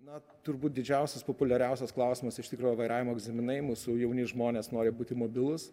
na turbūt didžiausias populiariausias klausimas iš tikro vairavimo egzaminai mūsų jauni žmonės nori būti mobilus